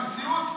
על המציאות?